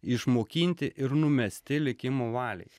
išmokinti ir numesti likimo valiai